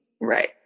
right